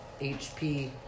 HP